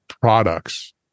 products